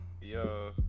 Yo